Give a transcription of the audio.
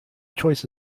choice